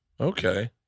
okay